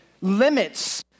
limits